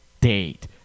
date